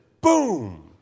boom